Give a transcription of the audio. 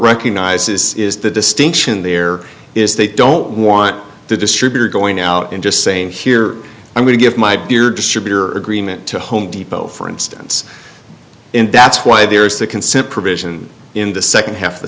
recognizes is the distinction there is they don't want the distributor going out and just saying here i'm going to give my beer distributor agreement to home depot for instance and that's why there's a consent provision in the second half